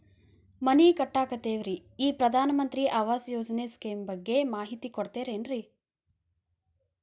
ಮನಿ ಕಟ್ಟಕತೇವಿ ರಿ ಈ ಪ್ರಧಾನ ಮಂತ್ರಿ ಆವಾಸ್ ಯೋಜನೆ ಸ್ಕೇಮ್ ಬಗ್ಗೆ ಮಾಹಿತಿ ಕೊಡ್ತೇರೆನ್ರಿ?